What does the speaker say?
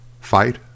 Fight